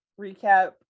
recap